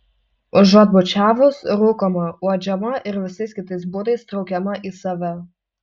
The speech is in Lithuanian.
užuot bučiavus rūkoma uodžiama ir visais kitais būdais traukiama į save